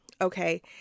Okay